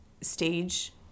stage